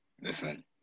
listen